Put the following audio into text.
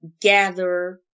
gather